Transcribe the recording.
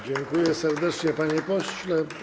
Dziękuję serdecznie, panie pośle.